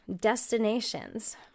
Destinations